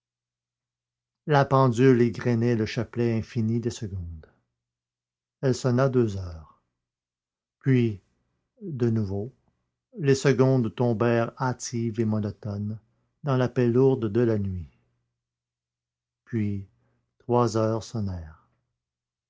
la pendule égrenait le chapelet infini des secondes elle sonna deux heures puis de nouveau les secondes tombèrent hâtives et monotones dans la paix lourde de la nuit puis trois heures